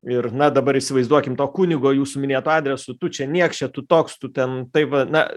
ir na dabar įsivaizduokim to kunigo jūsų minėtu adresu tu čia niekše tu toks tu ten taip va na